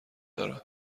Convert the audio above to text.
دارم